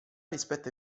rispetto